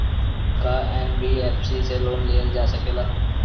का एन.बी.एफ.सी से लोन लियल जा सकेला?